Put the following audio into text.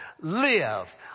Live